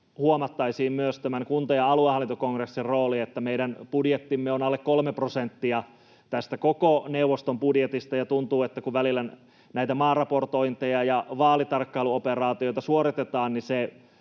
huomattaisiin myös tämän kunta- ja aluehallintokongressin rooli. Meidän budjettimme on alle kolme prosenttia koko neuvoston budjetista, ja välillä tuntuu, kun näitä maaraportointeja ja vaalitarkkailuoperaatioita suoritetaan, että se